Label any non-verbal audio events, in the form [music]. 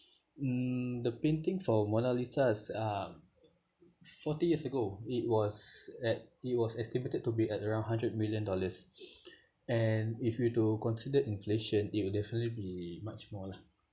mm the painting for mona lisa is uh forty years ago it was at it was estimated to be at around hundred million dollars [breath] and if you to consider inflation it will definitely be much more lah